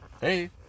hey